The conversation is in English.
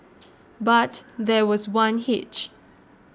but there was one hitch